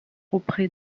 auprès